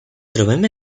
trobem